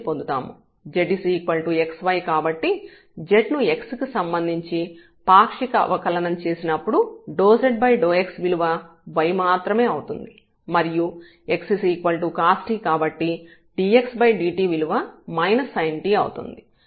z xy కాబట్టి z ను x కి సంబంధించి పాక్షిక అవకలనం చేసినప్పుడు ∂z∂x విలువ y మాత్రమే అవుతుంది మరియు x cost కాబట్టి dxdt విలువ -sint అవుతుంది